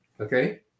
Okay